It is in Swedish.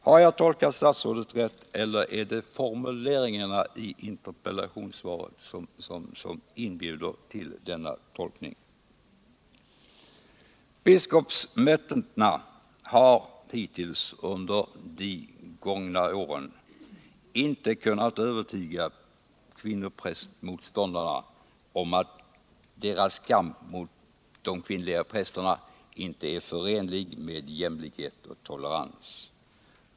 Har jag tolkat statsrådet rätt eller är det formuleringarna i svaret som inbjuder till denna tolkning? Biskopsmötena har hittills under de gångna åren inte kunnat övertyga kvinnoprästmotståndarna om att deras kamp mot de kvinnliga prästerna inte är förenlig med jämlikhet och tolerans.